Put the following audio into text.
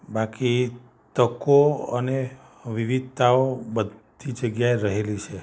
બાકી તકો અને વિવિધતાઓ બધી જગ્યા એ રહેલી છે